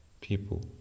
people